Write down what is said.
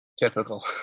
typical